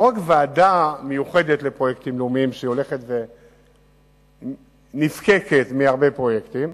לא רק בוועדה מיוחדת לפרויקטים לאומיים שהולכת ונפקקת מהרבה פרויקטים,